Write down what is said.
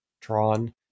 Tron